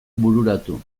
bururatu